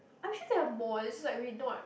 I'm sure there are more it's just that we're not